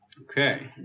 Okay